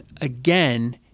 again